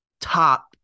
top